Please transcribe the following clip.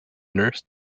nurse